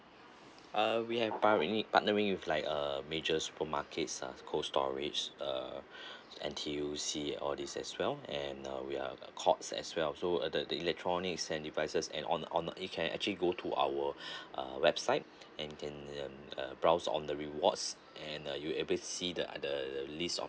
uh we have partnering partnering with like uh major supermarkets ah cold storage uh N_T_U_C all this as well and uh we are a courts as well so uh the the electronics and devices and on on you can actually go to our uh website and can (un) browse on the rewards and uh you'll able see the the list of